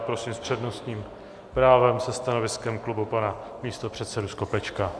Prosím s přednostním právem se stanoviskem klubu pana místopředsedu Skopečka.